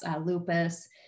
lupus